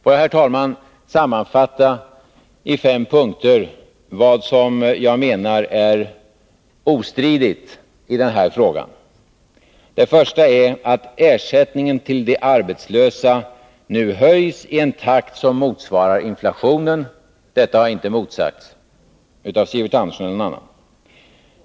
Låt mig, herr talman, sammanfatta i fem punkter vad som jag menar är ostridigt i den här frågan. Det första är att ersättningen till de arbetslösa nu höjs i en takt som motsvarar inflationen. Detta har inte motsagts av Sivert Andersson eller någon annan.